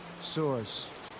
source